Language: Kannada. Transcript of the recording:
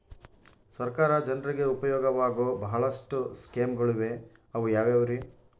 ಸರ್ಕಾರ ಜನರಿಗೆ ಉಪಯೋಗವಾಗೋ ಬಹಳಷ್ಟು ಸ್ಕೇಮುಗಳಿವೆ ಅವು ಯಾವ್ಯಾವ್ರಿ?